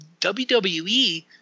WWE